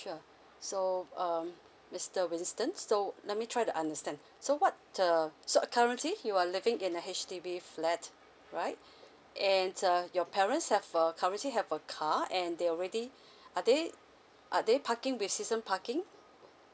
sure so um mister winston so let me try to understand so what the so currently you are living in a H_D_B flat right and uh your parents have a currently have a car and they already are they are they parking with season parking